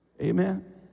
Amen